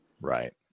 Right